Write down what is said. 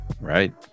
Right